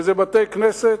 וזה בתי-כנסת,